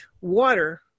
water